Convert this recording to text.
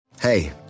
Hey